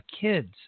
kids